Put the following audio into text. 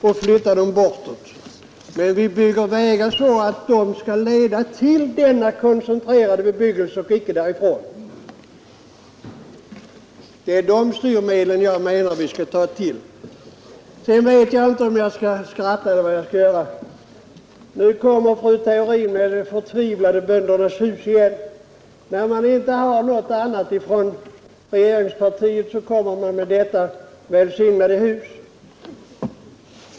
Men i stället bygger vi vägarna på sådant sätt att de leder till denna koncentrerade bebyggelse och icke därifrån. Det är sådana styrmedel jag anser att vi skall ta till. Sedan vet jag inte om jag skall skratta eller vad jag skall göra. Nu kommer fru Theorin med det förbryllande Böndernas Hus igen. När man inom regeringspartiet inte har någonting annat att ta till kommer man med detta välsignade hus.